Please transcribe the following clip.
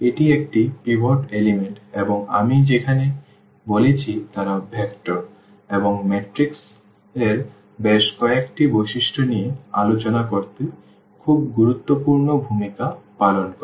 এটি একটি পিভট উপাদান এবং আমি যেমন বলেছি তারা ভেক্টর এবং ম্যাট্রিক্সের বেশ কয়েকটি বৈশিষ্ট্য নিয়ে আলোচনা করতে খুব গুরুত্বপূর্ণ ভূমিকা পালন করে